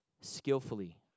skillfully